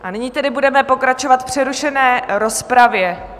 A nyní tedy budeme pokračovat v přerušené rozpravě.